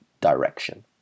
direction